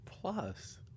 Plus